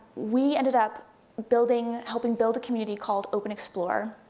we ended up building, helping build a community called open explorer,